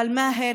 אבל מאהר,